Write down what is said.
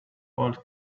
old